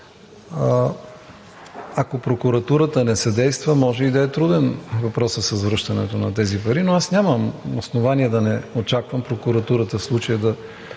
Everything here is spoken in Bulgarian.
Ако прокуратурата не съдейства, може и да е труден въпросът с връщането на тези пари. Но аз нямам основание да не очаквам прокуратурата в случая да